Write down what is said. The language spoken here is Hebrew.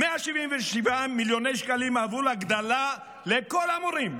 177 מיליוני שקלים עבור הגדלה לכל המורים,